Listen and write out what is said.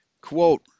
Quote